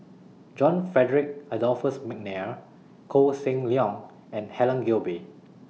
John Frederick Adolphus Mcnair Koh Seng Leong and Helen Gilbey